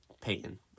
peyton